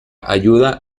ayuda